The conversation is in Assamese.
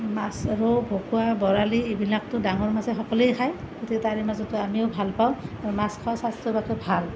মাছ আৰু ভকুৱা বৰালি এইবিলাকটো ডাঙৰ মাছে সকলোৱেই খায় গতিকে তাৰে মাজতে আমিও ভাল পাওঁ মাছ খোৱা স্বাস্থ্যৰ বাবে ভাল